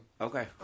Okay